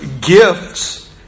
gifts